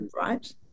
right